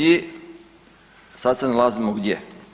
I sad se nalazimo gdje?